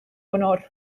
honor